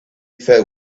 felt